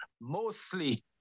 mostly